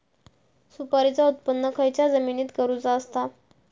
सुपारीचा उत्त्पन खयच्या जमिनीत करूचा असता?